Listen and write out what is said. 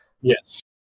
Yes